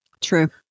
True